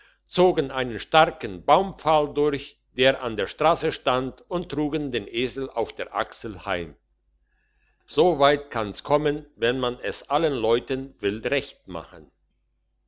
zogen einen starken baumpfahl durch der an der strasse stand und trugen den esel auf der achsel heim so weit kann's kommen wenn man es allen leuten will recht machen